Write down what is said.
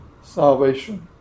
salvation